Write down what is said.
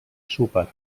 súper